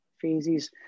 phases